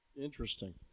Interesting